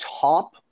top